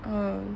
um